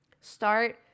Start